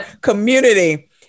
community